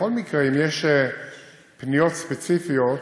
בכל מקרה, אם יש פניות ספציפיות,